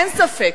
אין ספק